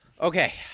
Okay